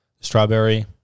strawberry